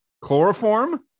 Chloroform